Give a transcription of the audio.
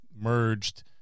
merged